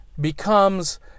becomes